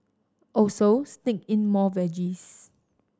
also sneak in more veggies